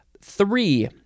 Three